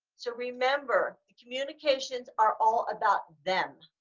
so remember the communications are all about them.